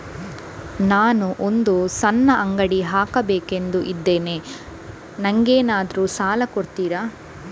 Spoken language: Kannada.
ನಾನು ಒಂದು ಸಣ್ಣ ಅಂಗಡಿ ಹಾಕಬೇಕುಂತ ಇದ್ದೇನೆ ನಂಗೇನಾದ್ರು ಸಾಲ ಕೊಡ್ತೀರಾ?